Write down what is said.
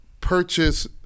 purchase